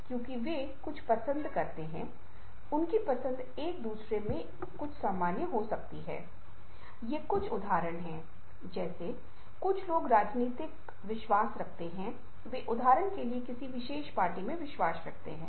यदि आप उदाहरण दे रहे हैं तो हमें विभिन्न प्रकार की टाइपोग्राफी है हालाँकि मैंने उदाहरणों के बारे में यहा नहीं दिया है मैं उन्हें आपके लिए स्लाइड पर रखूँगा आप उन्हें देख सकते हैं